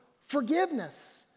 forgiveness